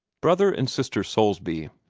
brother and sister soulsby,